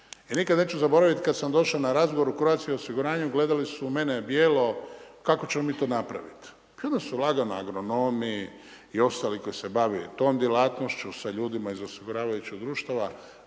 nikada neću zabraviti kada sam došao na razgovor u Croatia osiguranju gledali su mene bijelo, kako ćemo mi to napraviti. Tada su lagano agronomi i ostali koji se bave tom djelatnošću, sa ljudima iz osiguravajućih društava